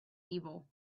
evil